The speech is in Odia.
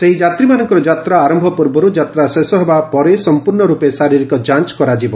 ସେହି ଯାତ୍ରୀମାନଙ୍କର ଯାତ୍ରା ଆରମ୍ଭ ପୂର୍ବରୁ ଯାତ୍ରା ଶେଷ ହେବା ପରେ ସମ୍ପର୍ଶ୍ଣ ରୂପେ ଶାରିରୀକ ଯାଞ୍ଚ କରାଯିବ